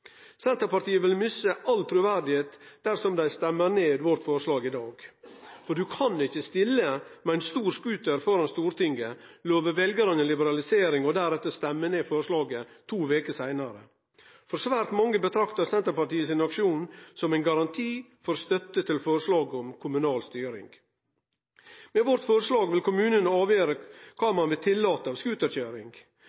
Senterpartiet vil miste alt truverde dersom dei stemmer ned forslaget vårt i dag. Ein kan ikkje stille med ein stor scooter framfor Stortinget, love veljarane liberalisering og deretter stemme ned forslaget to veker seinare. Svært mange såg på Senterpartiet sin aksjon som ein garanti for støtte til forslaget om kommunal styring. Med vårt forslag vil kommunane avgjere kva